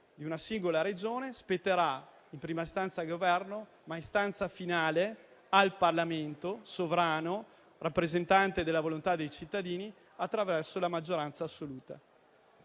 di una singola Regione, spetterà in prima istanza al Governo, ma in istanza finale al Parlamento sovrano, rappresentante della volontà dei cittadini, che dovrà esprimersi a maggioranza assoluta.